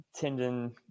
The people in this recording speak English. tendon